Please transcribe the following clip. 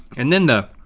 and then the,